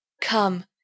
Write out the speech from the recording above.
Come